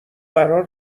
قرار